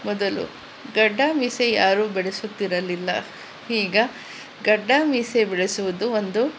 ಮೊದಲು ಗಡ್ಡ ಮೀಸೆ ಯಾರೂ ಬೆಳೆಸುತ್ತಿರಲಿಲ್ಲ ಈಗ ಗಡ್ಡ ಮೀಸೆ ಬೆಳೆಸುವುದು ಒಂದು